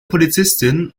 polizistin